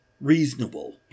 reasonable